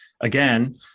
again